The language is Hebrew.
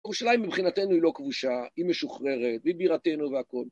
ירושלים מבחינתנו היא לא כבושה, היא משוחררת, היא בירתנו והכול.